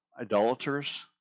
idolaters